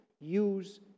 use